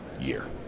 year